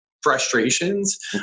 frustrations